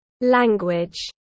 language